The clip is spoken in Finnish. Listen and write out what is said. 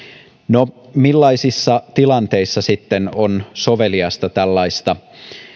no millaisissa tilanteissa sitten on soveliasta tällaista